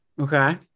Okay